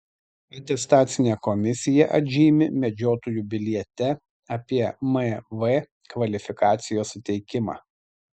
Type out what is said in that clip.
atestacinė komisija atžymi medžiotojų biliete apie mv kvalifikacijos suteikimą